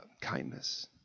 kindness